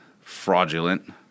fraudulent